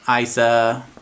Isa